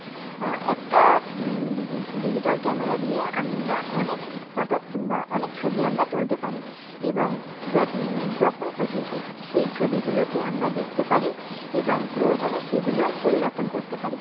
একটা digi digital camera দিয়ে আমরা অনেক ফটো ত বা অনেক ছবি আমরা তুলতে পারি এবং যত যখন খুশি সেই সেই ছবিগুলোকে আমরা দেখতে পারি এবং প্রয়োজনে সেগুলো পরিবর্তন করতে পারি